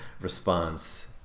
response